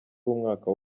w’umwaka